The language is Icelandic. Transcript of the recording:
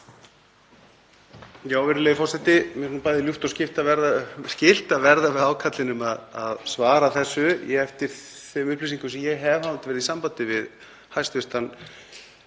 Virðulegi forseti. Mér er bæði ljúft og skylt að verða við ákallinu um að svara þessu. Eftir þeim upplýsingum sem ég hef, hafandi verið í sambandi við hæstv.